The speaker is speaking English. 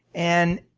and